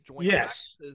yes